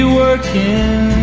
working